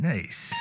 Nice